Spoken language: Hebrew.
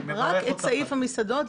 רק את סעיף המסעדות.